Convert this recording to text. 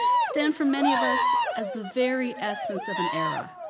stand for many of us as the very essence of an era,